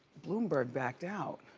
bloomberg backed out.